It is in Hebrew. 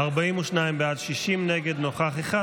42 בעד, 60 נגד, נוכח אחד.